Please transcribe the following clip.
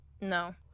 No